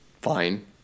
fine